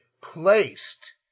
placed